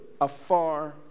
afar